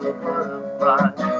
butterfly